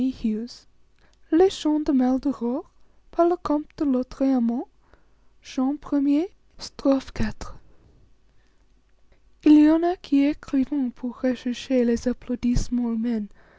il y en a qui écrivent pour rechercher les applaudissements humains